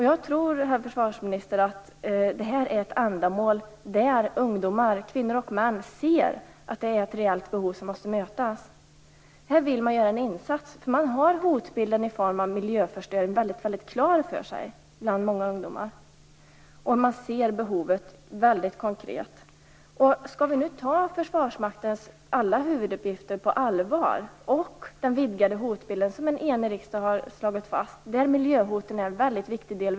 Jag tror, herr försvarsminister, att det här är en fråga där ungdomar, kvinnor och män ser att det finns ett reellt behov som måste mötas. Man vill göra en insats. Många ungdomar har hotbilden i form av miljöförstöring klar för sig. Man ser behovet väldigt konkret. Frågan är om vi skall ta Försvarsmaktens alla huvuduppgifter på allvar. I den vidgade hotbild som en enig riksdag har slagit fast är miljön är en viktig del.